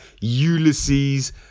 Ulysses